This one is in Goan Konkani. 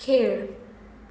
खेळ